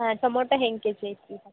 ಹಾಂ ಟೊಮೊಟ ಹೆಂಗೆ K G ಐತೆ ಈಗ